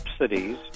subsidies